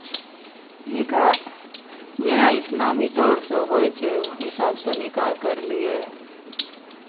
निकाह जेना इसलामी तौरसँ होइ छै ओहि हिसाबसँ निकाह करलियै